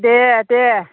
दे दे